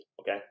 okay